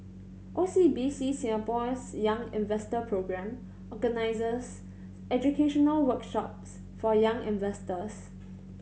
O C B C Singapore's Young Investor Programme organizes educational workshops for young investors